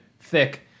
thick